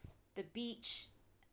the beach